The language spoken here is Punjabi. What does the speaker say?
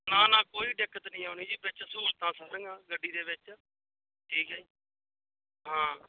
ਨਾ ਨਾ ਕੋਈ ਦਿੱਕਤ ਨਹੀਂ ਆਉਣੀ ਜੀ ਵਿੱਚ ਸਹੂਲਤਾਂ ਸਾਰੀਆਂ ਗੱਡੀ ਦੇ ਵਿੱਚ ਠੀਕ ਹੈ ਜੀ ਹਾਂ